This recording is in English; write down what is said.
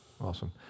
Awesome